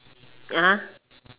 (uh huh)